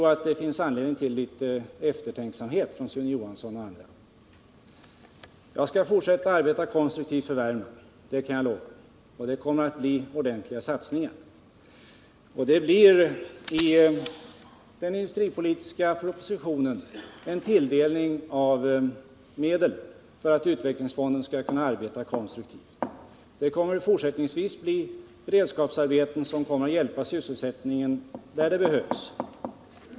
Det finns anledning till litet eftertänksamhet för Sune Johansson m.fl. Jag skall fortsätta att arbeta konstruktivt för Värmland, det kan jag lova, och det kommer att bli ordentliga satsningar. I den industripolitiska propositionen blir det en tilldelning av medel för att utvecklingsfonden skall kunna arbeta konstruktivt. Det kommer fortsättningsvis att skapas beredskapsarbeten som skall hjälpa sysselsättningen där det behövs.